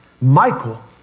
Michael